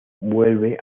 vuelve